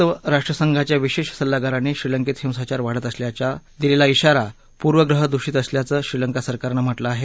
संयुक्त राष्ट्रसंघाच्या विशेष सल्लागारांनी श्रीलंकेत हिंसाचार वाढत असल्याचा दिलेला इशारा पूर्व ग्रह दूषित असल्याचं श्रीलंका सरकारनं म्हटलं आहे